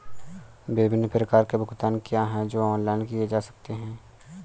विभिन्न प्रकार के भुगतान क्या हैं जो ऑनलाइन किए जा सकते हैं?